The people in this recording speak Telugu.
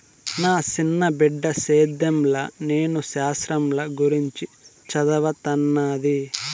నా సిన్న బిడ్డ సేద్యంల నేల శాస్త్రంల గురించి చదవతన్నాది